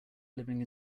living